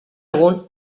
egun